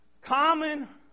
common